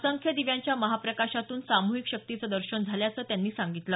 असंख्य दिव्यांच्या महाप्रकाशातून सामुहिक शक्तीचं दर्शन झाल्याचं त्यांनी सांगितलं